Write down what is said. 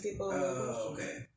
Okay